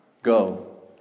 Go